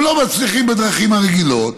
הם לא מצליחים בדרכים הרגילות,